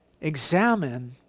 Examine